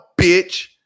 bitch